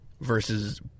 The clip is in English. Versus